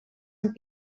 amb